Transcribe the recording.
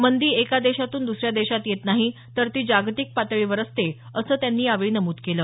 मंदी एका देशातून दुसऱ्या देशात येत नाही तर ती जागतिक पातळीवर असते असं त्यांनी यावेळी नमूद केलं